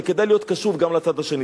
וכדאי להיות קשוב גם לצד השני.